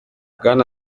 bwana